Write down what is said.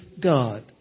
God